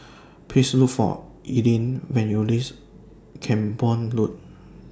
Please Look For Erling when YOU REACH Camborne Road